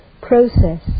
process